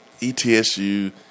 ETSU